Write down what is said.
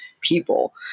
people